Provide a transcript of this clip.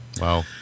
wow